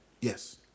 Yes